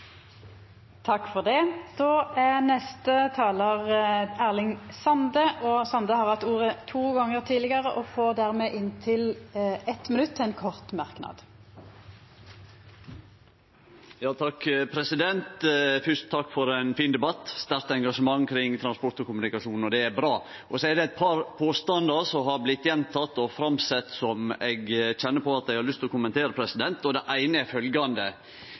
Erling Sande har hatt ordet to gonger tidlegare og får ordet til ein kort merknad, avgrensa til 1 minutt. Fyrst: Takk for ein fin debatt. Det er sterkt engasjement kring transport og kommunikasjon, og det er bra. Så er det eit par påstandar som har blitt gjentekne og sette fram som eg kjenner på at eg har lyst til å kommentere. Det eine er følgjande: Det blir satsa mindre på trafikktryggleik, sykkel og gonge og vegvedlikehald. Det som blir vist til, er